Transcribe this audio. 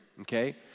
okay